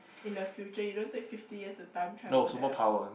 in the future you don't take fifty years to time travel there what